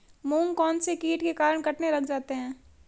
मूंग कौनसे कीट के कारण कटने लग जाते हैं?